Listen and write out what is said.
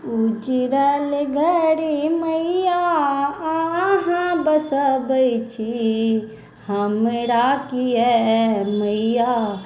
उजड़ल घर मैया अहाँ बसबै छी हमरा किया मैया